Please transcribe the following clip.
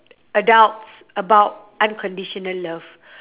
adults about unconditional love